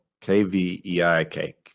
K-V-E-I-K